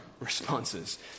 responses